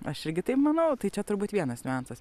aš irgi taip manau tai čia turbūt vienas niuansas